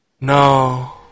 No